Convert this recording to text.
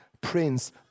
Prince